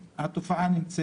בשטח.